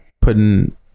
putting